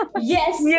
Yes